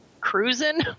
cruising